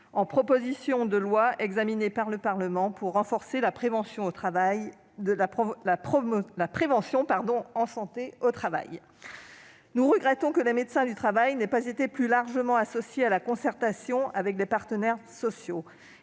en proposition de loi pour renforcer la prévention en santé au travail. Nous regrettons que les médecins du travail n'aient pas été plus largement associés à la concertation avec les partenaires sociaux.